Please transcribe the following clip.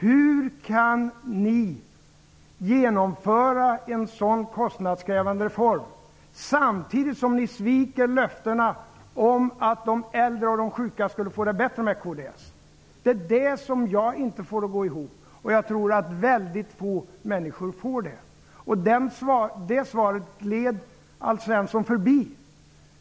Hur kan ni genomföra en sådan kostnadskrävande reform, samtidigt som ni sviker löftena om att de äldre och de sjuka skall få det bättre med kds hjälp? Jag får inte detta att gå ihop. Jag tror att väldigt få människor lyckas. Alf Svensson gled förbi svaret.